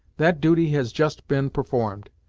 that duty has just been performed.